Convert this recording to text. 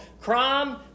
Crime